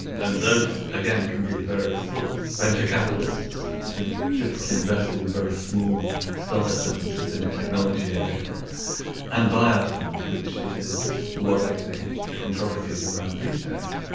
and those again can be of various sorts. venture capitalists, who typically invest in very small start-up businesses in the technology area and buy-out funds, which is what i think the controversy is around these days.